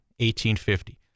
1850